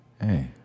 Hey